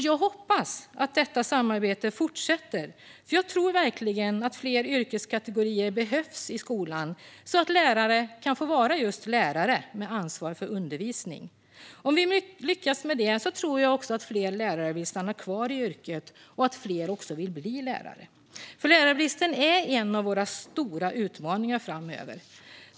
Jag hoppas att detta samarbete fortsätter, för jag tror verkligen att fler yrkeskategorier behövs i skolan, så att lärare kan få vara just lärare med ansvar för undervisning. Om vi lyckas med det tror jag också att fler vill stanna kvar i yrket och att fler vill bli lärare, för lärarbristen är en av våra stora utmaningar framöver.